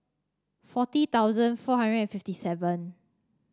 forty thousand four hundred and fifty seven